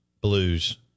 blues